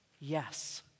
Yes